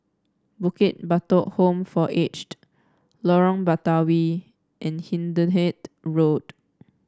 Bukit Batok Home for Aged Lorong Batawi and Hindhede Road